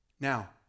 Now